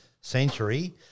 century